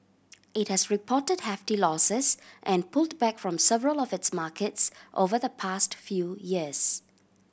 it has reported hefty losses and pulled back from several of its markets over the past few years